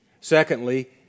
Secondly